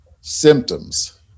symptoms